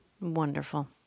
Wonderful